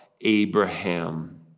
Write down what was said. Abraham